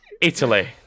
Italy